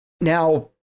Now